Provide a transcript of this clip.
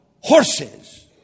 horses